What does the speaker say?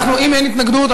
אם אין התנגדות,